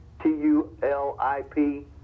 T-U-L-I-P